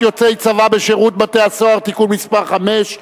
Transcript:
(הצבת יוצאי צבא בשירות בתי-הסוהר) (תיקון מס' 5),